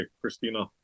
Christina